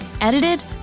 Edited